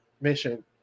mission